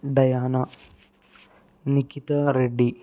Diana Nikhita Reddy